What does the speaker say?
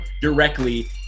directly